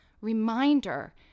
reminder